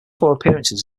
appearances